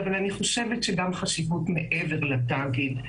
אבל אני חושבת שגם חשיבות מעבר לתאגיד.